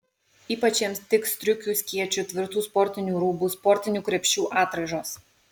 ypač jiems tiks striukių skėčių tvirtų sportinių rūbų sportinių krepšių atraižos